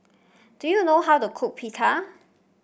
do you know how to cook Pita